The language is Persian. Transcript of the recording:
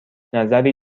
نظری